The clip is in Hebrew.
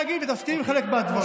שרודפת אדם חף מפשע.